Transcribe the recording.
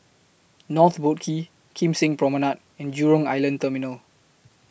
North Boat Quay Kim Seng Promenade and Jurong Island Terminal